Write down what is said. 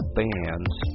bands